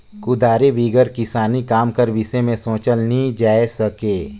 कुदारी बिगर किसानी काम कर बिसे मे सोचल नी जाए सके